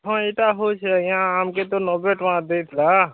ହଁ ଇଟା ହଉଛ ଆଜ୍ଞା ଆମ୍କେ ତ ନବେ ଟଙ୍ଗା ଦେଇଥିଲା